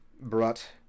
brought